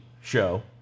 show